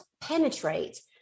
penetrate